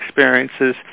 experiences